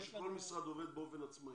או שכל משרד עובד באופן עצמאי?